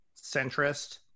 centrist